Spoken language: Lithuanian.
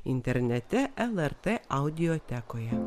internete lrt audiotekoje